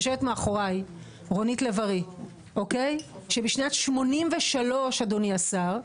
יושבת מאחורי רונית לב ארי שבשנת 1983 אדוני השר,